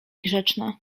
grzeczna